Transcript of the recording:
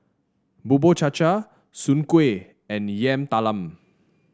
Bubur Cha Cha Soon Kuih and Yam Talam